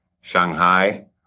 Shanghai